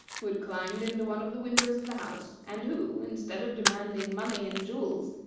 who had climbed into one of the windows of the house, and who, instead of demanding money and jewels,